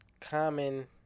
common